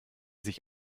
sich